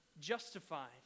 justified